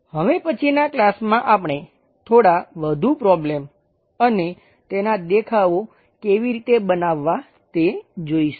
હવે પછીના ક્લાસમાં આપણે થોડા વધુ પ્રોબ્લેમ અને તેના દેખાવો કેવી રીતે બનાવવાં તે જોઈશું